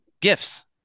gifts